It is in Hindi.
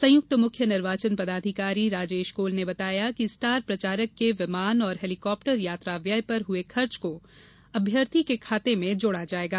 संयुक्त मुख्य निर्वाचन पदाधिकारी राजेश कौल ने बताया कि स्टार प्रचारक के विमान और हेलीकॉप्टर यात्रा व्यय पर हुए खर्चे को अभ्यर्थी के खाते में जोड़ा जायेगा